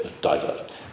divert